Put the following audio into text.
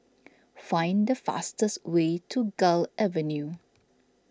find the fastest way to Gul Avenue